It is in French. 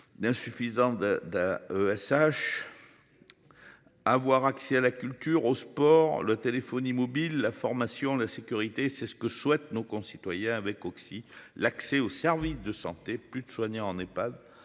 N'insuffisante de de. Avoir accès à la culture, au sport le téléphonie mobile, la formation, la sécurité, c'est ce que souhaitent nos concitoyens avec aussi l'accès aux services de santé plus de soignants en pas